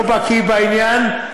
לא בקי בעניין,